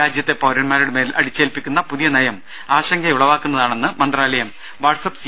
രാജ്യത്തെ പൌരന്മാരുടെ മേൽ അടിച്ചേൽപ്പിക്കുന്ന പുതിയ നയം ആശങ്കയുളവാക്കുന്നതാണെന്ന് മന്ത്രാലയം വാട്സ്ആപ്പ് സി